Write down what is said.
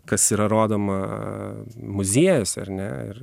kas yra rodoma muziejuose ar ne